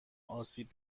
آسیب